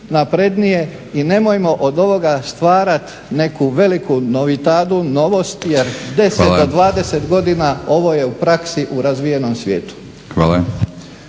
naprednije i nemojmo od ovoga stvarati neku veliku novitadu, novost jer 10 do 20 godina ovo je u praksi u razvijenom svijetu.